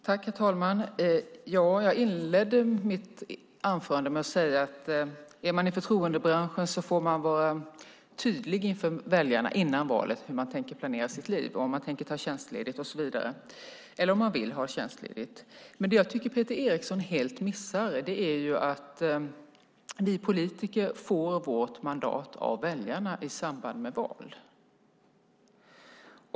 Herr talman! Jag inledde mitt anförande med att säga att är man i förtroendebranschen får man vara tydlig inför väljarna före valet med hur man tänker planera sitt liv, om man tänker eller vill ha tjänstledigt och så vidare. Det som jag tycker att Peter Eriksson helt missar är att vi politiker får vårt mandat av väljarna i samband med val.